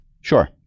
Sure